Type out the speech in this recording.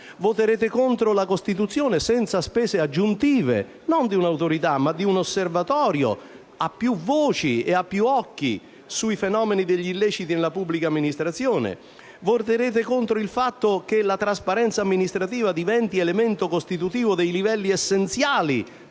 Voterete contro la costituzione, senza spese aggiuntive, non di un'autorità ma di un osservatorio a più voci e a più occhi sui fenomeni degli illeciti della pubblica amministrazione? Voterete contro il fatto che la trasparenza amministrativa diventi elemento costitutivo dei livelli essenziali